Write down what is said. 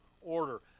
order